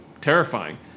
terrifying